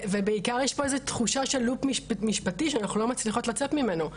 ובעיקר יש פה איזו תחושה של לופ משפטי שאנחנו לא מצליחות לצאת ממנו.